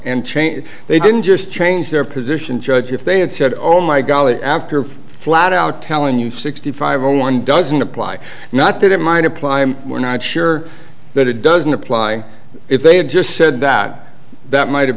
changed they didn't just change their position judge if they had said oh my golly after flat out telling you sixty five on one doesn't apply not that it might apply were not sure but it doesn't apply if they had just said that that might have